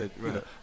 Right